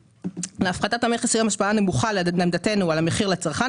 להפחתת המכס תהיה השפעה נמוכה על המחיר לצרכן.